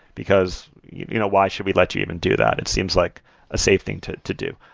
because you know why should we let you even do that? it seems like a safe thing to to do.